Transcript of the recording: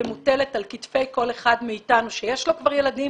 ומוטלת על כתפי כל אחד מאתנו שיש לו כבר ילדים,